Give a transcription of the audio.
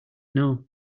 know